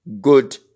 good